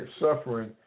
suffering